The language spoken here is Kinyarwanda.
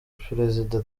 prezida